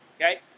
okay